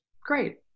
Great